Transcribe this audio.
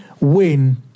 win